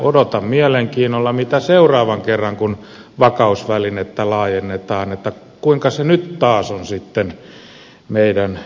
odotan mielenkiinnolla mitä tapahtuu seuraavan kerran kun vakausvälinettä laajennetaan kuinka se nyt on taas sitten meidän etumme